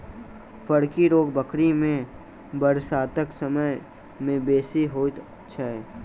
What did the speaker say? फड़की रोग बकरी मे बरसातक समय मे बेसी होइत छै